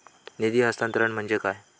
निधी हस्तांतरण म्हणजे काय?